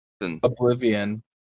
Oblivion